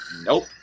Nope